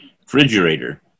refrigerator